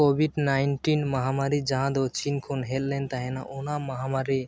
ᱢᱚᱦᱟᱢᱟᱨᱤ ᱡᱟᱦᱟᱸᱫᱚ ᱪᱤᱱ ᱠᱷᱚᱱ ᱦᱮᱡᱞᱮᱱ ᱛᱟᱦᱮᱱᱟ ᱚᱱᱟ ᱢᱟᱦᱟᱢᱟᱨᱤ